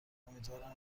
امیدوارم